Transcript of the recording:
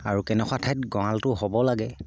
আৰু কেনেকুৱা ঠাইত গঁৰালটো হ'ব লাগে